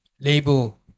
label